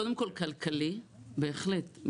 קודם כל כלכלי, בהחלט.